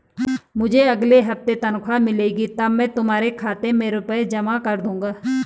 मुझे अगले हफ्ते तनख्वाह मिलेगी तब मैं तुम्हारे खाते में रुपए जमा कर दूंगा